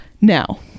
Now